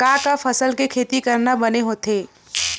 का का फसल के खेती करना बने होथे?